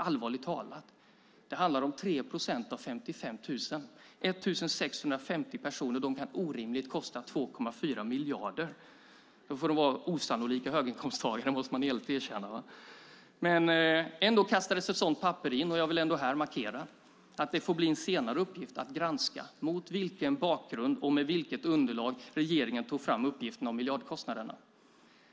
Allvarligt talat: Det handlar om 3 procent av 55 000, det vill säga 1 650 personer. Det är orimligt att de kan kosta 2,4 miljarder. Då får det vara osannolika höginkomsttagare. Det måste man villigt erkänna. Ändå kastades ett sådant papper in. Jag vill här markera att det får bli en senare uppgift att granska mot vilken bakgrund och med vilket underlag regeringen tog fram uppgiften om miljardkostnaderna.